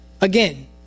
Again